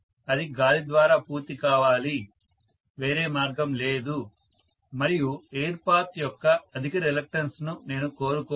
అది గాలి ద్వారా పూర్తి కావాలి వేరే మార్గం లేదు మరియు ఎయిర్ పాత్ యొక్క అధిక రిలక్టన్స్ ను నేను కోరుకోను